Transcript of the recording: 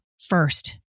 first